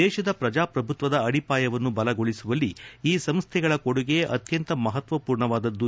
ದೇಶದ ಪ್ರಜಾಪ್ರಭುತ್ವದ ಅಡಿಪಾಯವನ್ನು ಬಲಗೊಳಿಸುವಲ್ಲಿ ಈ ಸಂಸ್ಥೆಗಳ ಕೊಡುಗೆ ಅತ್ಯಂತ ಮಹತ್ವಪೂರ್ಣವಾದದ್ದು